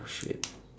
shit